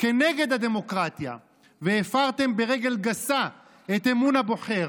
כנגד הדמוקרטיה והפרתם ברגל גסה את אמון הבוחר.